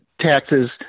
taxes